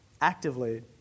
actively